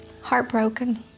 heartbroken